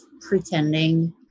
pretending